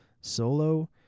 solo